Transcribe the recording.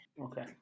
Okay